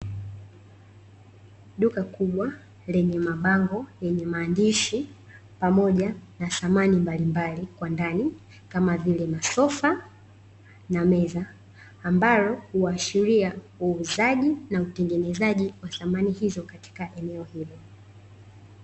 Duka kubwa lenye mabango yenye maandishi pamoja na samani mbalimbali kwa ndani, kama vile masofa na meza, ambalo huashiria uuzaji na utengenezaji wa samani hizo katika eneo hilo.